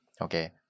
Okay